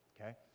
Okay